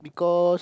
cause